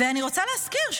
אני רוצה להזכיר,